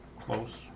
Close